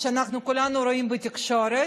שכולנו רואים בתקשורת,